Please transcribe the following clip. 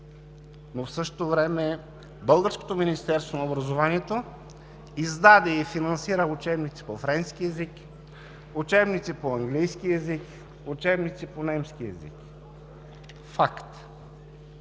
но в същото време българското Министерство на образованието издаде и финансира учебници по френски език, учебници по английски език, учебници по немски език. Факт!